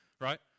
Right